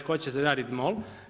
Tko će zaraditi MOL?